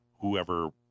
whoever